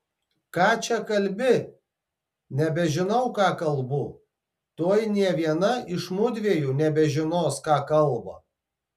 ką čia kalbi nebežinau ką kalbu tuoj nė viena iš mudviejų nebežinos ką kalba